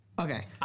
Okay